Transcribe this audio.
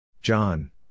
John